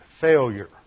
failure